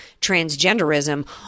transgenderism